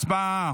הצבעה.